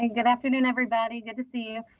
and good afternoon, everybody. good to see you.